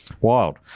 Wild